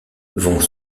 vont